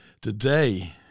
today